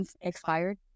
Expired